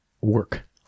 work